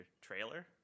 trailer